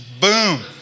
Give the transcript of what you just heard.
boom